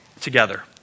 together